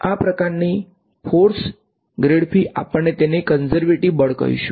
તેથી આ પ્રકારની ફોર્સ ગ્રેડફી પ્રકારનાં આપણે તેને કન્ઝર્વેટીવ બળ કહીશુ